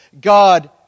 God